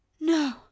No